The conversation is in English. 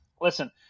listen